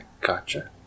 Gotcha